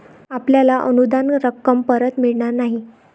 आपल्याला अनुदान रक्कम परत मिळणार नाही